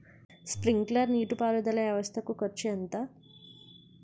Sprinkler నీటిపారుదల వ్వవస్థ కు ఖర్చు ఎంత?